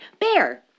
Bear